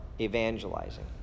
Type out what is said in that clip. evangelizing